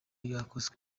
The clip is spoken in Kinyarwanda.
yakozwe